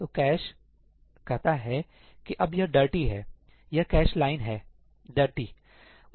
तो कैश कहता है कि यह अब डर्टी है यह कैश लाइन डर्टी है